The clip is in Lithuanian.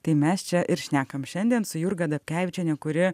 tai mes čia ir šnekam šiandien su jurga dapkevičiene kuri